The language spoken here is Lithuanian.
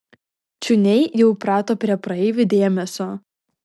ciūniai jau įprato prie praeivių dėmesio